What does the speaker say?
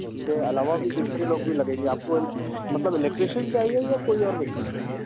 उसके अलावा भी दूसरे लोग भी लगेंगे आपको मतलब इलेक्ट्रीशियन चाहिए या कोई और व्यक्ति चाहिए